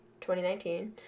2019